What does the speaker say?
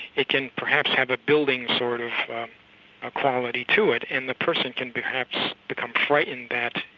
it can perhaps have a building sort of ah quality to it and the person can perhaps become frightened that